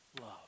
love